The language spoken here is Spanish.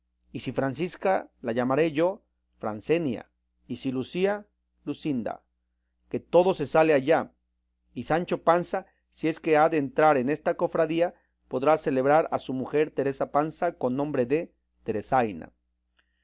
y si francisca la llamaré yo francenia y si lucía lucinda que todo se sale allá y sancho panza si es que ha de entrar en esta cofadría podrá celebrar a su mujer teresa panza con nombre de